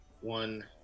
One